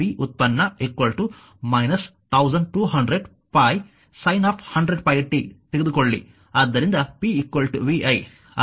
v ವ್ಯುತ್ಪನ್ನ 1200 π sin 100πt ತೆಗೆದುಕೊಳ್ಳಿ